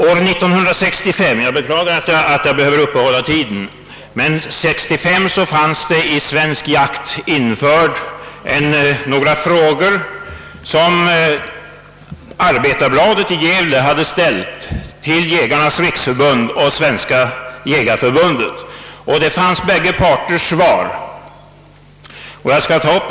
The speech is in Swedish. År 1965 — jag beklagar att jag måste uppehålla tiden med en kort redogörelse — ställde Arbetarbladet i Gävle några frågor till Jägarnas riksförbund och Svenska jägareförbundet, och i »Svensk jakt» återgavs bägge parters svar.